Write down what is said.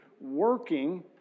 working